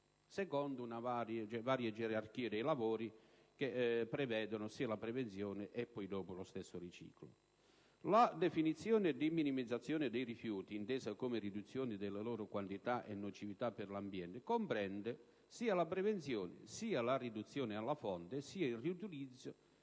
secondo varie gerarchie dei lavori che prevedono sia la prevenzione che poi lo stesso riciclo. La definizione di minimizzazione dei rifiuti, intesa come riduzione della loro quantità e nocività per l'ambiente, comprende sia la prevenzione, sia la riduzione alla fonte, sia il riutilizzo